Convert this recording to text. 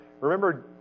Remember